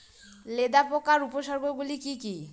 লেদা পোকার উপসর্গগুলি কি কি?